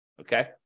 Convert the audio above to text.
okay